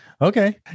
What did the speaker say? Okay